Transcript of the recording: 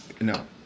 No